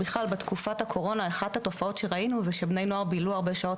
בכלל בתקופת הקורונה אחת התופעות שראינו זה שבני נוער בילו הרבה שעות